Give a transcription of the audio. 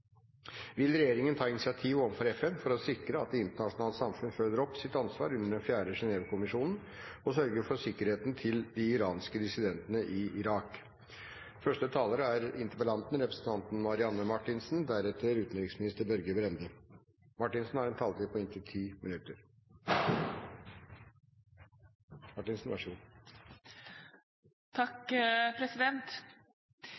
Vil regjeringen ta et initiativ overfor FN for å sikre at det internasjonale samfunnet følger opp sitt ansvar under den 4. Genèvekonvensjonen og sørge for sikkerheten til de iranske dissidentene i Irak? Regjeringen deler den humanitære bekymringen for sikkerheten og leveforholdene til de gjenværende beboerne i Camp Liberty i Irak, som representanten Marthinsen